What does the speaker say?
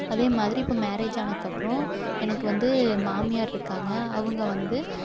அதே மாதிரி இப்போ மேரேஜ் ஆனதுக்கப்புறம் எனக்கு வந்து மாமியார் இருக்காங்க அவங்க வந்து